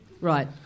Right